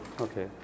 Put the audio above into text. okay